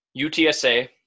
UTSA